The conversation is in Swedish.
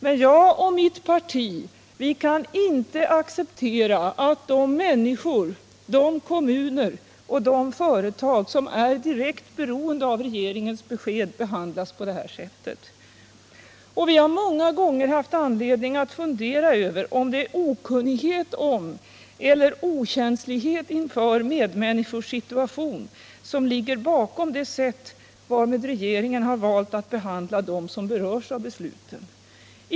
Men jag och mitt parti kan inte acceptera att de människor, de kommuner och de företag som är direkt beroende av regeringens besked behandlas på det här sättet. Vi har många gånger haft anledning att fundera över huruvida det är okunnighet om eller okänslighet inför medmänniskors situation som ligger bakom det sätt varpå regeringen har valt att behandla dem som berörs av besluten.